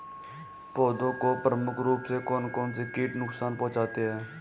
पौधों को प्रमुख रूप से कौन कौन से कीट नुकसान पहुंचाते हैं?